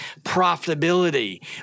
profitability